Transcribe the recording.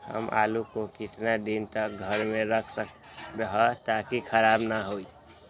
हम आलु को कितना दिन तक घर मे रख सकली ह ताकि खराब न होई?